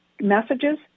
messages